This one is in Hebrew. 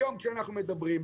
היום כשאנחנו מדברים,